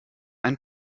ein